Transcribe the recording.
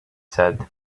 said